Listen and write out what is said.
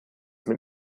mit